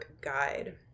guide